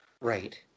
Right